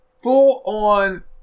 Full-on